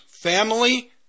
family